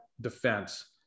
defense